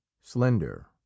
slender